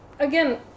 Again